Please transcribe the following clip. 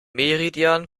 meridian